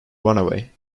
runaway